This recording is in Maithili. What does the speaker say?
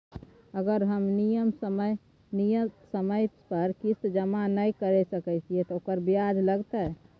अगर हम नियत समय पर किस्त जमा नय के सकलिए त ओकर ब्याजो लगतै?